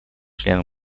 членам